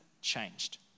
changed